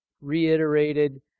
reiterated